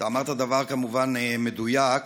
אמרת דבר, כמובן, מדויק.